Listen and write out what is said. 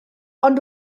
ond